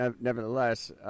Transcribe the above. nevertheless